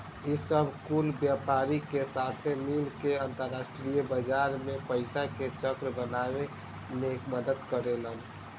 ई सब कुल व्यापारी के साथे मिल के अंतरास्ट्रीय बाजार मे पइसा के चक्र बनावे मे मदद करेलेन